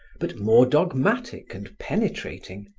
but more dogmatic and penetrating,